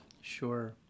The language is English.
Sure